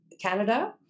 Canada